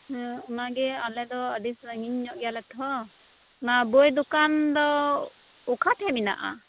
ᱦᱮᱸ ᱚᱱᱟ ᱜᱮ ᱟᱞᱮ ᱫᱚ ᱟᱰᱤ ᱥᱟᱺᱜᱤᱧ ᱧᱚᱜ ᱜᱮᱭᱟᱞᱮ ᱛᱷᱚ ᱱᱚᱣᱟ ᱵᱳᱭ ᱫᱚᱠᱟᱱ ᱫᱚ ᱚᱠᱟᱴᱷᱮᱱ ᱢᱮᱱᱟᱜᱼᱟ